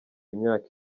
imyaka